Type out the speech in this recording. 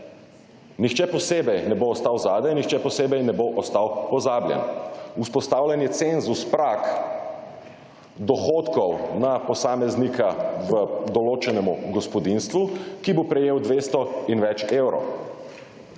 nihče posebej ne bo ostal zadaj, nihče posebej ne bo ostal pozabljen. Vzpostavljen je cenzus, prag dohodkov na posameznika v določenem gospodinjstvu, ki bo prejel 200 in več evrov.